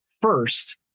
first